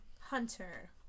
hunter